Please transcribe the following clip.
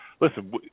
listen